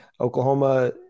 Oklahoma